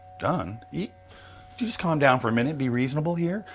done? just calm down for a minute and be reasonable here.